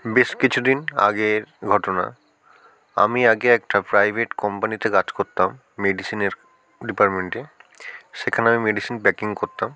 বেশ কিছু দিন আগের ঘটনা আমি আগে একটা প্রাইভেট কোম্পানিতে কাজ করতাম মেডিসিনের ডিপার্টমেন্টে সেখানে আমি মেডিসিন প্যাকিং করতাম